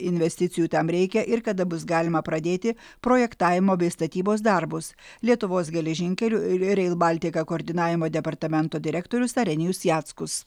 investicijų tam reikia ir kada bus galima pradėti projektavimo bei statybos darbus lietuvos geležinkelių r rail baltica koordinavimo departamento direktorius arenijus jackus